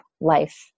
life